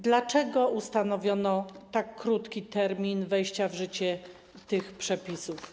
Dlaczego ustanowiono tak krótki termin wejścia w życie tych przepisów?